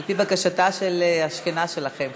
על-פי בקשתה של השכנה שלכם,